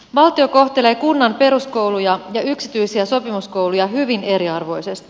valtio kohtelee kunnan peruskouluja ja yksityisiä sopimuskouluja hyvin eriarvoisesti